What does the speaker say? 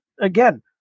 again